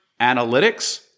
analytics